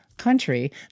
country